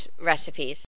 recipes